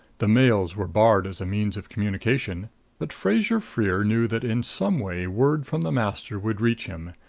the mails were barred as a means of communication but fraser-freer knew that in some way word from the master would reach him,